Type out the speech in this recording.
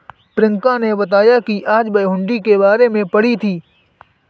प्रियंका ने बताया कि आज वह हुंडी के बारे में पढ़ी थी